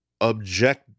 object